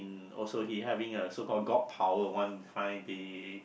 uh also he having a so call God power one fine day